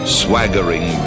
swaggering